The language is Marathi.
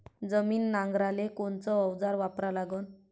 जमीन नांगराले कोनचं अवजार वापरा लागन?